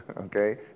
okay